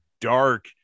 dark